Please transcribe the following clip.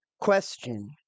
question